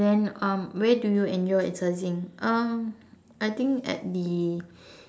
then um where do you enjoy exercising um I think at the